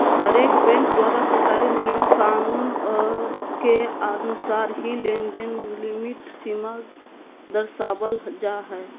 हरेक बैंक द्वारा सरकारी नियम कानून के अनुसार ही लेनदेन लिमिट सीमा दरसावल जा हय